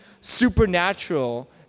supernatural